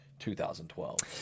2012